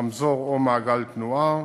רמזור או מעגל תנועה.